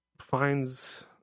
finds